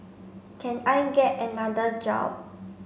can I get another job